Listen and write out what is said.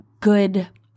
good